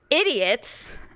idiots